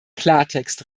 klartext